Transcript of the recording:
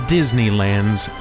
Disneyland's